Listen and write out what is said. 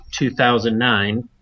2009